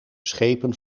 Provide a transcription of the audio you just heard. schepen